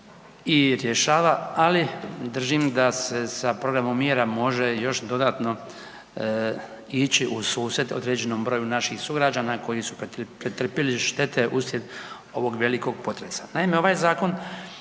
i rješava, ali držim da se sa programom mjera može još dodatno ići u susret određenom broju naših sugrađana koji su pretrpjeli štete uslijed ovog velikog potresa.